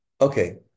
Okay